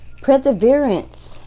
perseverance